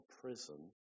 prison